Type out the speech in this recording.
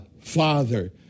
Father